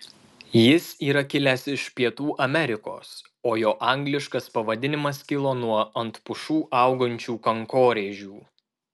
jis yra kilęs iš pietų amerikos o jo angliškas pavadinimas kilo nuo ant pušų augančių kankorėžių